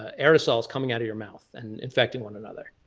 ah aerosols coming out of your mouth and infecting one another.